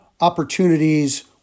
opportunities